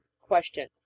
Question